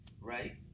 right